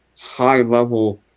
high-level